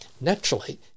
Naturally